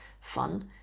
fun